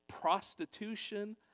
prostitution